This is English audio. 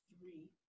three